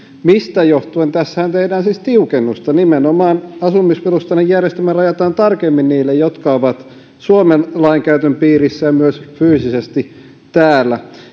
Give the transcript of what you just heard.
mistä johtuen tässä tehdään siis tiukennusta nimenomaan asumisperusteinen järjestelmä rajataan tarkemmin niille jotka ovat suomen lainkäytön piirissä ja myös fyysisesti täällä